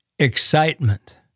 Excitement